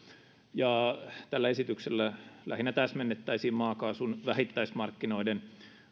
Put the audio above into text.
tällä esityksellä lähinnä täsmennettäisiin maakaasun vähittäismarkkinoiden